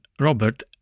Robert